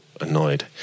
annoyed